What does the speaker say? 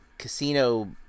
Casino